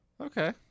Okay